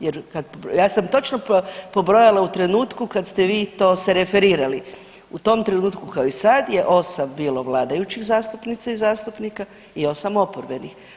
Jer kad, ja sam točno pobrojala u trenutku kad ste vi to se referirali u tom trenutku kao i sad je 8 bilo vladajućih zastupnica i zastupnika i 8 oporbenih.